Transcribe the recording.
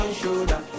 shoulder